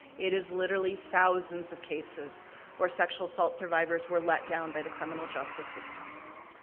it is literally thousands of cases where sexual assault survivors were let down by the criminal justice system.